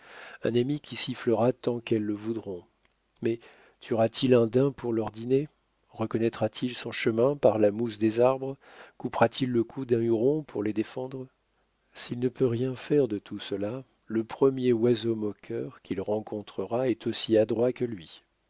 un ami qui sifflera tant qu'elles le voudront mais tuera t il un daim pour leur dîner reconnaîtra t il son chemin par la mousse des arbres coupera t il le cou d'un huron pour les défendre s'il ne peut rien faire de tout cela le premier oiseau moqueur quil rencontrera est aussi adroit que lui